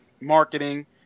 marketing